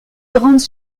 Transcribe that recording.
grandes